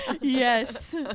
Yes